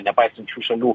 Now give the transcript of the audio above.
nepaisant šių šalių